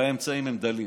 והאמצעים הם דלים,